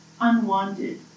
unwanted